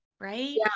right